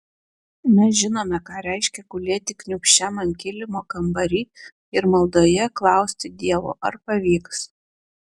mes žinome ką reiškia gulėt kniūbsčiam ant kilimo kambary ir maldoje klausti dievo ar pavyks